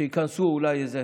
שיכנסו אולי איזה